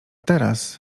teraz